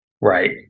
Right